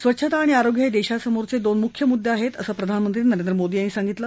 स्वच्छता आणि आरोग्य हे देशासमोरचे दोन मुख्य मुद्दे आहेत असं प्रधानमंत्री नरेंद्र मोदी यांनी सांगितलं